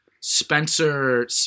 Spencer